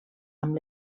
amb